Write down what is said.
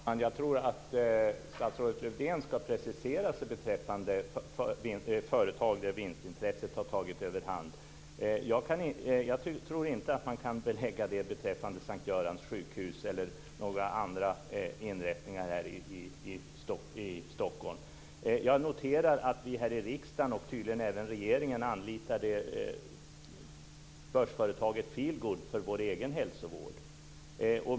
Fru talman! Jag tror att statsrådet Lövdén ska precisera sig beträffande företag där vinstintresset har tagit överhand. Jag tror inte att man kan belägga det beträffande S:t Görans sjukhus eller några andra inrättningar här i Stockholm. Jag noterar att vi här i riksdagen, och tydligen även regeringen, anlitar börsföretaget Feelgood för vår egen hälsovård.